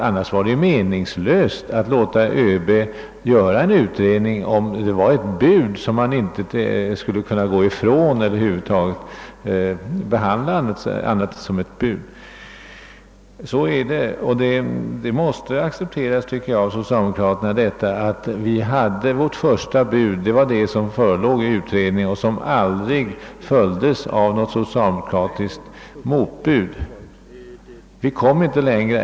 Det hade ju varit meningslöst att låta ÖB göra en utredning, om den inte sedan skulle kun na bli underlag för ett bud som man kunde förhandla om i vanlig ordning. Socialdemokraterna måste således acceptera att vårt första bud i utredningen aldrig följdes av något socialdemokratiskt motbud; vi kom inte så långt.